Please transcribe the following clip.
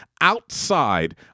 outside